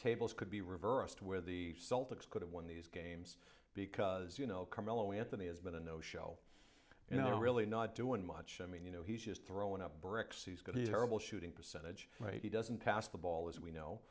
tables could be reversed where the celtics could have won these games because you know carmelo anthony has been a no show you know really not doing much i mean you know he's just throwing up brick c's got these terrible shooting percentage right he doesn't pass the ball as we know